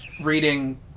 reading